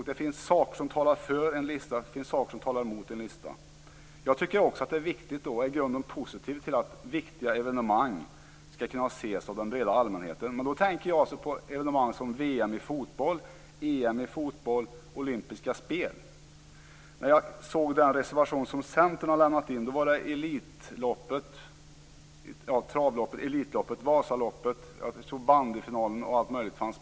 Det finns saker som talar för en lista, och det finns saker som talar mot en lista. Jag är i grunden positiv till att viktiga evenemang skall kunna ses av den breda allmänheten, men då tänker jag på sådana evenemang som VM i fotboll, EM i fotboll och olympiska spel. I Centerns reservation talas det om Elitloppet, Vasaloppet, stora bandyfinaler och allt möjligt annat.